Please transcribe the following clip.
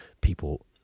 people